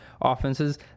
offenses